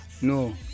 No